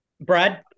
Brad